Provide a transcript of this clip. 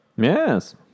Yes